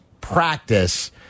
practice